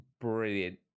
brilliant